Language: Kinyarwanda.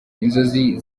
inzozi